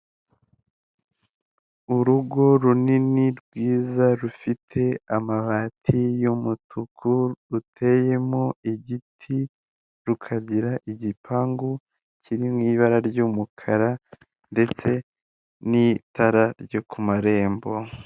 Urugo runini rwiza rufite amabati y'umutuku ruteyemo igiti, rukagira igipangu kiri mu ibara ry'umukara, ndetse n'itara ryo ku marembo.